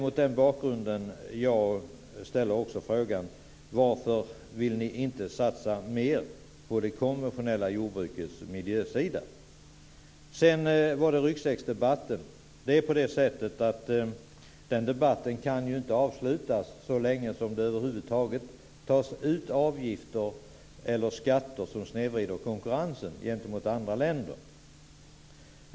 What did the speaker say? Mot den bakgrunden ställer jag frågan: Varför vill ni inte satsa mer på det konventionella jordbrukets miljösida? Ryggsäcksdebatten kan inte avslutas så länge som det över huvud taget tas ut avgifter eller skatter som snedvrider konkurrensen gentemot andra länder.